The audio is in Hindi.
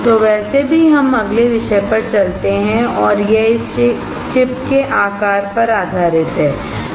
तो वैसे भी हम अगले विषय पर चलते हैं और यह इस चिप के आकार पर आधारित है